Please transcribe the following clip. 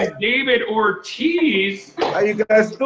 ah david ortiz